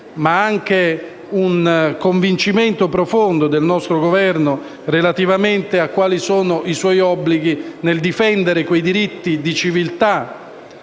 ma anche un convincimento profondo del nostro Governo relativamente a quali siano i suoi obblighi nel difendere quei diritti di civiltà